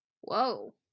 Whoa